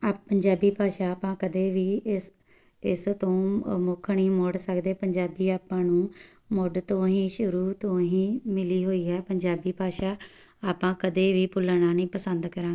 up Punjabi ਭਾਸ਼ਾ ਆਪਾਂ ਕਦੇ ਵੀ ਇਸ ਇਸ ਤੋਂ ਮੁੱਖ ਨਹੀਂ ਮੋੜ ਸਕਦੇ ਪੰਜਾਬੀ ਆਪਾਂ ਨੂੰ ਮੁੱਢ ਤੋਂ ਹੀ ਸ਼ੁਰੂ ਤੋਂ ਹੀ ਮਿਲੀ ਹੋਈ ਹੈ ਪੰਜਾਬੀ ਭਾਸ਼ਾ ਆਪਾਂ ਕਦੇ ਵੀ ਭੁੱਲਣਾ ਨਹੀਂ ਪਸੰਦ ਕਰਾਂ